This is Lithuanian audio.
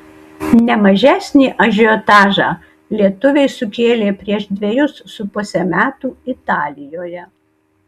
ne mažesnį ažiotažą lietuviai sukėlė prieš dvejus su puse metų italijoje